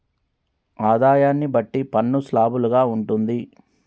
ఆదాయాన్ని బట్టి పన్ను స్లాబులు గా ఉంటుంది